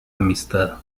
amistad